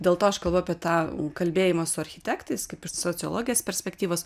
dėl to aš kalbu apie tą kalbėjimą su architektais kaip iš sociologijos perspektyvos